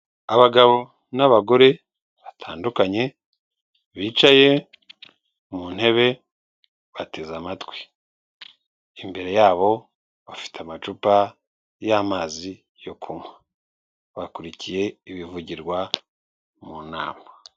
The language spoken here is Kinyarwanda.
Abagabo n'abagore batandukanye, bicaye mu ntebe bateze amatwi, imbere yabo bafite amacupa y'amazi yo kunywa, bakurikiye ibivugirwa mu nama.